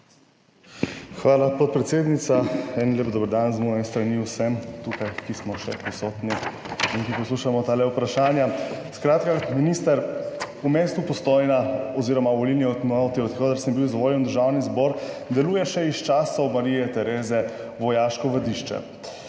Hvala, podpredsednica. Lep dober dan z moje strani vsem tukaj, ki smo še prisotni in ki poslušamo ta vprašanja! Skratka, minister, v mestu Postojna oziroma v volilni enoti, od koder sem bil izvoljen v Državni zbor, deluje še iz časov Marije Terezije vojaško vadišče.